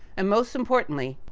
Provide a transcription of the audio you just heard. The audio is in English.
and, most importantly,